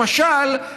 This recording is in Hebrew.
למשל,